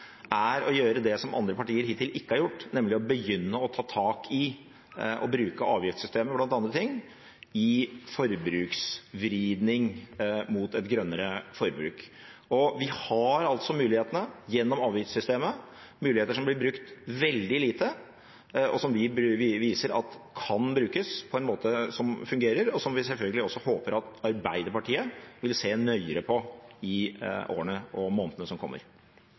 er å gjøre det som andre partier hittil ikke har gjort, nemlig å begynne å ta tak i og bruke bl.a. avgiftssystemet til forbruksvridning mot et grønnere forbruk. Vi har mulighetene gjennom avgiftssystemet, men det er muligheter som blir brukt veldig lite, som vi viser at kan brukes på en måte som fungerer, og som vi selvfølgelig også håper at Arbeiderpartiet vil se nøyere på i årene og månedene som kommer.